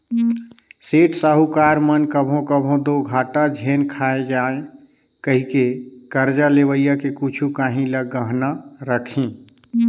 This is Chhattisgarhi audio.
सेठ, साहूकार मन कभों कभों दो घाटा झेइन खाए जांव कहिके करजा लेवइया के कुछु काहीं ल गहना रखहीं